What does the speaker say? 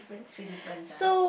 three differences ah